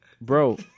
bro